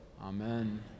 Amen